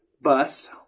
bus